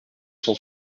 cent